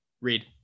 read